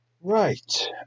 Right